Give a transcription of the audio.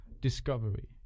discovery